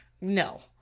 no